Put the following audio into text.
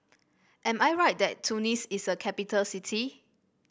am I right that Tunis is a capital city